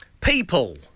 People